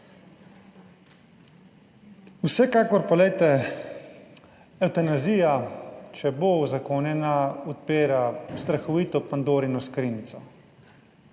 Vsekakor pa, glejte, evtanazija, če bo uzakonjena, odpira strahovito Pandorino skrinjico.